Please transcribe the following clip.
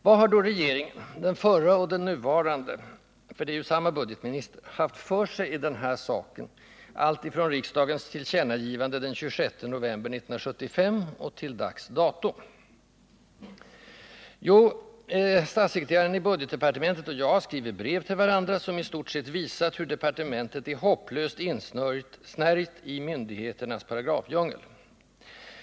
Vad har då regeringen — den förra och den nuvarande, för det är ju samma budgetminister — haft för sig i den här saken alltifrån riksdagens tillkännagivande den 27 november 1975 till dags dato? Jo, statssekreteraren i budgetdepartementet och jag har skrivit brev till varandra, som i stort sett visat hur departementet är hopplöst insnärjt i myndigheternas paragrafdjungel.